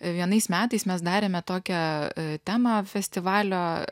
vienais metais mes darėme tokią temą festivalio